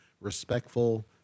respectful